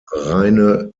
reine